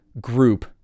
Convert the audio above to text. group